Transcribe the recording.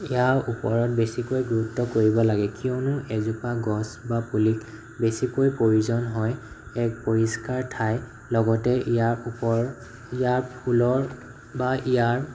ইয়াৰ ওপৰত বেছিকৈ গুৰুত্ব কৰিব লাগে কিয়নো এজোপা গছ বা পুলিক বেছিকৈ প্ৰয়োজন হয় এক পৰিষ্কাৰ ঠাই লগতে ইয়াৰ ওপৰ ইয়াৰ ফুলৰ বা ইয়াৰ